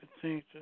continue